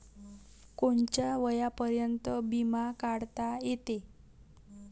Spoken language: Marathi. कोनच्या वयापर्यंत बिमा काढता येते?